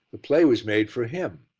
the play was made for him.